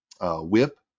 whip